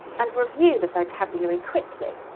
and review the vocabulary quickly.